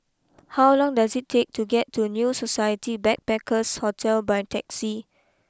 how long does it take to get to new Society Backpackers Hotel by taxi